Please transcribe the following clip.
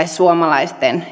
suomalaisten